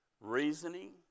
Reasoning